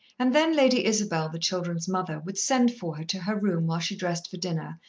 and then lady isabel, the children's mother, would send for her to her room while she dressed for dinner,